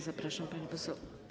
Zapraszam, pani poseł.